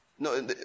No